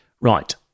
Right